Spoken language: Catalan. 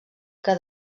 que